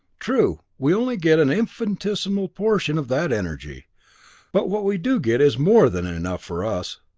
true, we only get an infinitesimal portion of that energy but what we do get is more than enough for us.